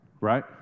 Right